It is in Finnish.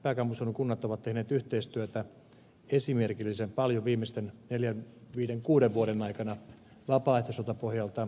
pääkaupunkiseudun kunnat ovat tehneet yhteistyötä esimerkillisen paljon viimeisten neljän viiden kuuden vuoden aikana vapaaehtoiselta pohjalta